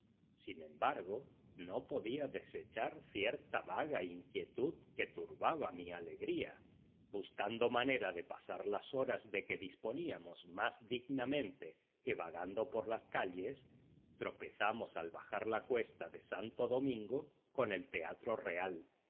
sin embargo no podía desechar cierta vaga inquietud que turbaba mi alegría buscando manera de pasar las horas de que disponíamos más dignamente que vagando por las calles tropezamos al bajar la cuesta de santo domingo con el teatro real